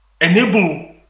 enable